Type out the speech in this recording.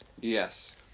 Yes